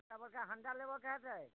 बड़का बड़का हण्डा लेबऽके होयतै